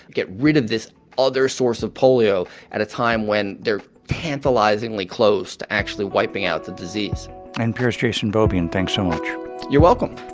get rid of this other source of polio at a time when they're tantalizingly close to actually wiping out the disease npr's jason beaubien thanks so much you're welcome